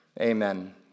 Amen